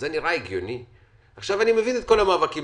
אני מכיר את המאבקים